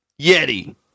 Yeti